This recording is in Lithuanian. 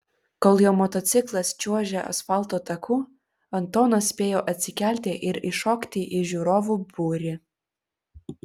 kol jo motociklas čiuožė asfalto taku antonas spėjo atsikelti ir įšokti į žiūrovų būrį